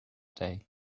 day